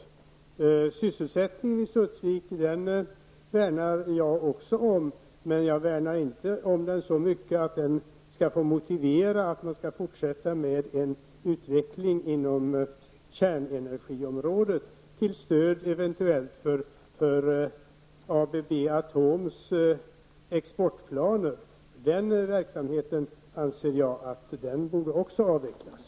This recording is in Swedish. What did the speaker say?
Jag värnar också om sysselsättningen i Studsvik, men jag värnar inte om den så mycket att det motiverar att man fortsätter med en utveckling på kärnenergiområdet, som eventuellt kan bli till stöd för ABB Atoms exportplaner. Den verksamheten anser jag också borde avvecklas.